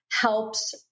helps